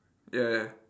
ya ya